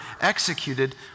executed